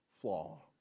flaw